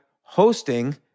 hosting